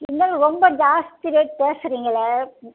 இருந்தாலும் ரொம்ப ஜாஸ்தி ரேட் பேசுகிறீங்களே